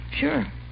Sure